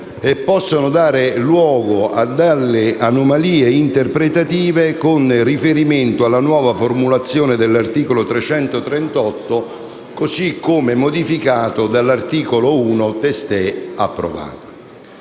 e possano dare luogo ad anomalie interpretative con riferimento alla nuova formulazione dell'articolo 338 del codice penale, così come modificato dall'articolo 1 testé approvato.